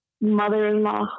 mother-in-law